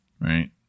right